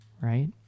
Right